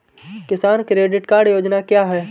किसान credit card योजना क्या है?